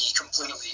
completely